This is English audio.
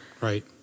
Right